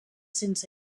sense